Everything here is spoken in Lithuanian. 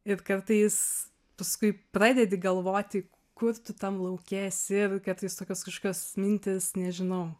ir kartais paskui pradedi galvoti kur tu tam lauke esi ir kartais tokios kažkokios mintys nežinau